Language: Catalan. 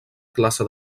classe